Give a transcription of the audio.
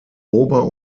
ober